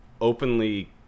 openly